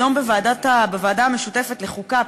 היום בוועדה המשותפת לחוקה,